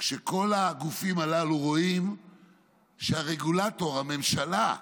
כשכל הגופים הללו רואים שהרגולטור, הממשלה,